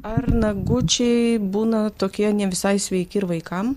ar nagučiai būna tokie ne visai sveiki ir vaikam